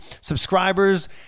subscribers